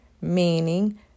meaning